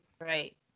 Right